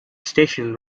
station